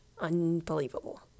unbelievable